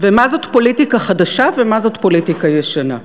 מה זאת פוליטיקה חדשה ומה זאת פוליטיקה ישנה.